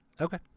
Okay